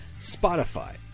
Spotify